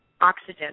oxygen